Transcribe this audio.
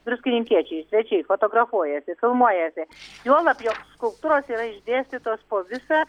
druskininkiečiai svečiai fotografuojasi filmuojasi juolab jog skulptūros yra išdėstytos po visą